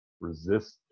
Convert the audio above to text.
resist